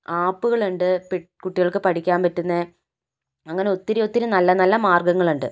ആപ്പുകളുണ്ട് പി കുട്ടികൾക്ക് പഠിക്കാൻ പറ്റുന്നേ അങ്ങനെ ഒത്തിരി ഒത്തിരി നല്ല നല്ല മാർഗ്ഗങ്ങളുണ്ട്